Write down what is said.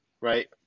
right